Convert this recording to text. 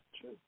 true